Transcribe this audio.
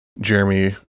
Jeremy